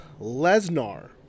Lesnar